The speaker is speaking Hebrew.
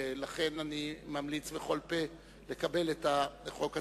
ולכן אני ממליץ בכל פה לקבל את החוק הזה.